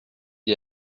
est